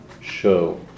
show